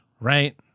right